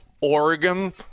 Oregon